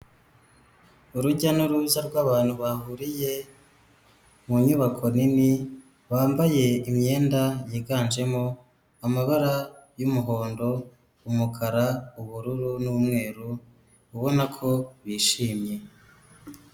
Urujya n'uruza rw'abantu bahuriye mu nyubako nini, bambaye imyenda yiganjemo amabara y'umuhondo, umukara, ubururu n'umweru ubona ko bishimye.